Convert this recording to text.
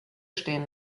stehen